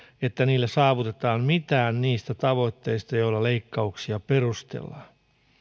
että niillä saavutetaan mitään niistä tavoitteista joilla leikkauksia perustellaan